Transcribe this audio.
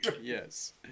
Yes